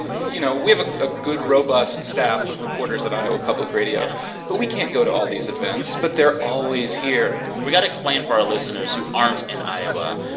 you know, we have a ah good robust staff of reporters at iowa public radio yeah but we can't go to all these events. but they're always here we got to explain for our listeners who aren't in iowa.